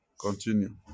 Continue